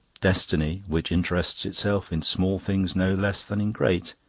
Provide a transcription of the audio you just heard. destiny, which interests itself in small things no less than in great,